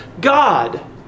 God